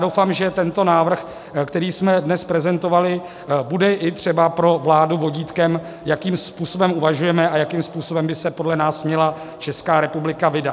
Doufám, že tento návrh, který jsme dnes prezentovali, bude i třeba pro vládu vodítkem, jakým způsobem uvažujeme a jakým způsobem by se podle nás měla Česká republika vydat.